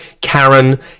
Karen